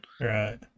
Right